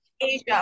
Asia